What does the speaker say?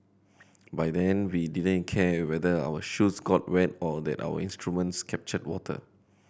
by then we didn't care whether our shoes got wet or that our instruments captured water